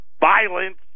violence